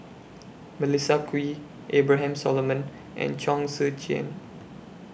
Melissa Kwee Abraham Solomon and Chong Tze Chien